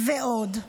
ועוד.